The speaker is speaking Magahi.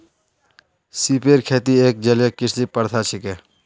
सिपेर खेती एक जलीय कृषि प्रथा छिके